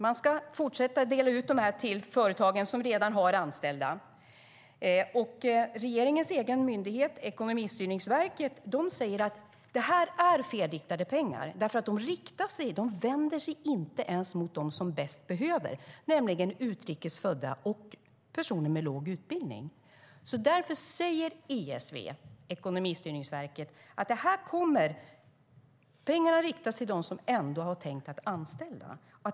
Man ska fortsätta att dela ut dem till företagen, som redan har anställda. Regeringens egen myndighet, Ekonomistyrningsverket, säger att detta är felriktade pengar. De vänder sig inte ens mot dem som bäst behöver dem, nämligen utrikes födda och personer med låg utbildning. Därför säger ESV, Ekonomistyrningsverket, att pengarna riktas till dem som ändå har tänkt att anställa.